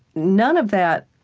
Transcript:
none of that